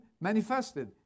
manifested